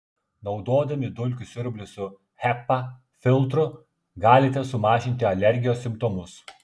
naudodami dulkių siurblį su hepa filtru galite sumažinti alergijos simptomus